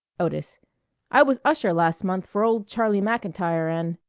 otis i was usher last month for old charlie mcintyre and